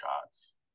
shots